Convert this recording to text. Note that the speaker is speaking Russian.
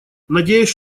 надеюсь